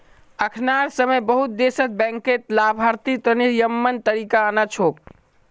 अखनार समय बहुत देशत बैंकत लाभार्थी तने यममन तरीका आना छोक